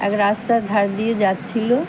এক রাস্তার ধার দিয়ে যাচ্ছিলো